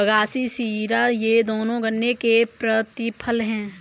बगासी शीरा ये दोनों गन्ने के प्रतिफल हैं